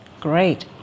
Great